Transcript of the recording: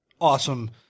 awesome